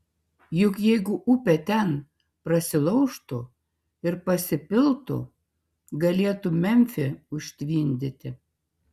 juk jeigu upė ten prasilaužtų ir pasipiltų galėtų memfį užtvindyti